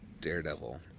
daredevil